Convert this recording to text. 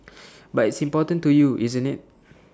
but it's important to you isn't IT